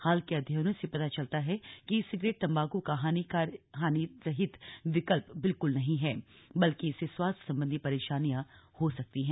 हाल के अध्ययनों से पता चला है कि ई सिगरेट तम्बाकू का हानिरहित विकल्प बिल्कुल नहीं है बल्कि इससे स्वास्थ्य संबंधी परेशानियां हो सकती है